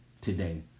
today